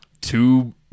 Two